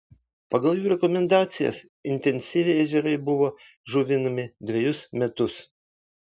pagal jų rekomendacijas intensyviai ežerai buvo žuvinami dvejus metus